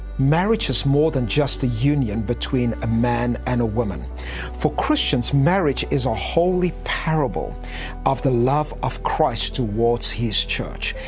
marriage is more than just a union between a man and woman. for christians, marriage is a holy parable of the love of christ towards his church.